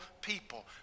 people